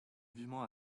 vivement